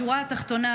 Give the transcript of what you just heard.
בשורה התחתונה,